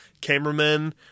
cameramen